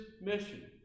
mission